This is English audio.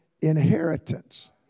inheritance